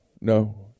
No